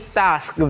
task